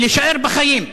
ולהישאר בחיים.